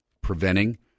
preventing